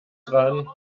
dran